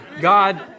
God